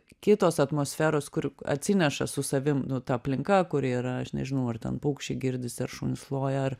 kitos atmosferos kur atsineša su savim nu ta aplinka kuri yra aš nežinau ar ten paukščiai girdisi ar šunys loja ar